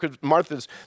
Martha's